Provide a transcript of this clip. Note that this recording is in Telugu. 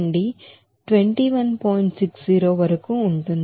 60 వరకు ఉంటుంది